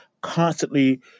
constantly